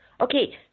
Okay